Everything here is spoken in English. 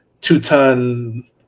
two-ton –